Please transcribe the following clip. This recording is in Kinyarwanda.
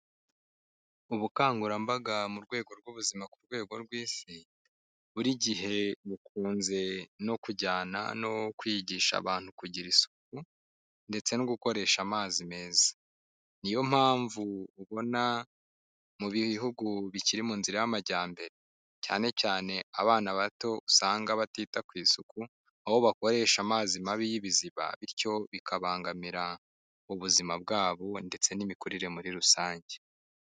Ubukangurambaga mu rwego rw'ubuzima ku rwego rw'isi, buri gihe bukunze no kujyana no kwigisha abantu kugira isuku ndetse no gukoresha amazi meza. Niyo mpamvu ubona mu bihugu bikiri mu nzira y'amajyambere, cyane cyane abana bato usanga batita ku isuku, aho bakoresha amazi mabi y'ibiziba, bityo bikabangamira ubuzima bwabo ndetse n'imikurire muri rusange.